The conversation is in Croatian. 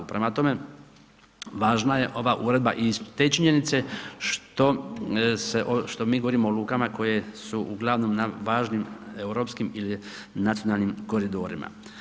Prema tome, važna je ova uredba i iz te činjenice što mi govorimo o lukama koje su uglavnom na važnim europskim ili nacionalnim koridorima.